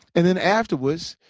and then afterwards,